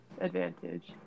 advantage